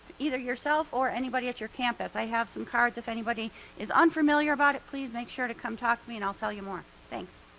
either yourself or anybody at your campus. i have some cards if anybody is unfamiliar about it, please make sure to come talk to me and i'll tell you more, thanks.